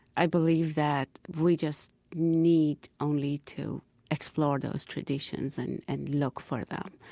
i believe that we just need only to explore those traditions and and look for them.